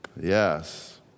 Yes